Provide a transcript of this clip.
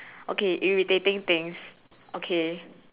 okay irritating things okay